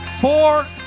four